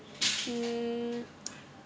mm